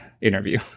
interview